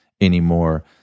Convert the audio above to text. anymore